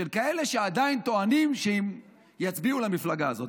של כאלה שעדיין טוענים שהם יצביעו למפלגה הזאת,